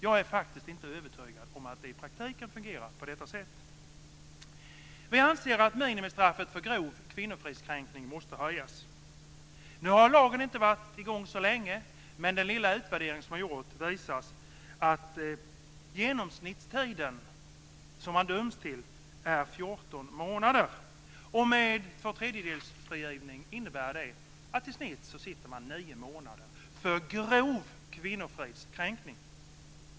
Jag är faktiskt inte övertygad om att det i praktiken fungerar på detta sätt. Vi anser att minimistraffet för grov kvinnofridskränkning måste höjas. Nu har lagen inte varit giltig så länge, men den lilla utvärdering som har gjorts visar att genomsnittstiden som man döms till är 14 månader. Med tvåtredjedelsfrigivning innebär det att man i snitt sitter 9 månader för grov kvinnofridskränkning.